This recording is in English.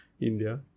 India